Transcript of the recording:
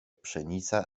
pszenica